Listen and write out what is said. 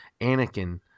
Anakin